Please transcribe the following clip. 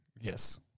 Yes